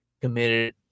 committed